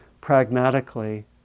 pragmatically